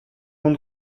camp